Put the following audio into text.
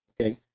okay